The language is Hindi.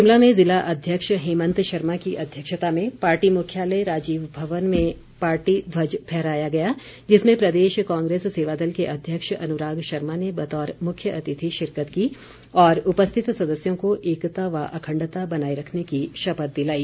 शिमला में ज़िला अध्यक्ष हेमंत शर्मा की अध्यक्षता में पार्टी मुख्यालय राजीव भवन में पार्टी ध्वज फहराया गया जिसमें प्रदेश कांग्रेस सेवादल के अध्यक्ष अनुराग शर्मा ने बतौर मुख्य अतिथि शिरकत की और उपस्थित सदस्यों को एकता व अखण्डता बनाए रखने की शपथ दिलाई